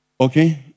Okay